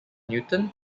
newton